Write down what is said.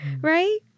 Right